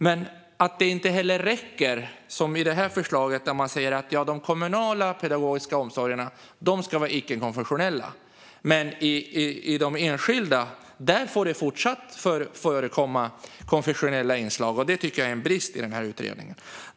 Det räcker inte att, som man gör i det här förslaget, säga: Ja, den kommunala pedagogiska omsorgen ska vara icke-konfessionell, men i den enskilda får det fortsatt förekomma konfessionella inslag. Det tycker jag är en brist i denna utredning. Fru talman!